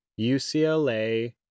UCLA